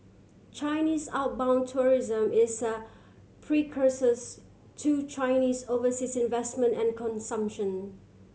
Chinese outbound tourism is a precursors to Chinese overseas investment and consumption